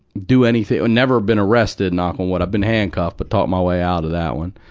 do any never been arrested, knock on wood, i've been handcuffed, but talked my way out of that one.